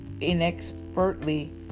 inexpertly